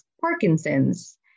Parkinson's